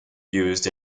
used